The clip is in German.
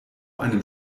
einem